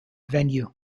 venue